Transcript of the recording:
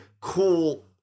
cool